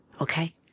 okay